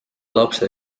lapse